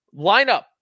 lineup